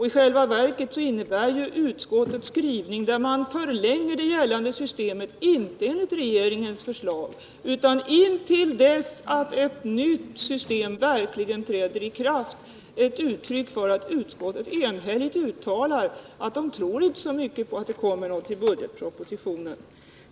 I själva verket är utskottets skrivning, där man förlänger det gällande systemet inte enligt regeringens förslag utan intill dess att ett nytt system verkligen träder i kraft, ett uttryck för att utskottet enhälligt uttalar att man inte tror särskilt mycket på att det kommer något förslag om ett nytt system i budgetpropositionen.